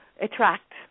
attract